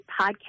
podcast